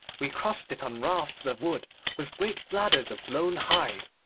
we crossed it on rafts of wood with great bladders of blown hide.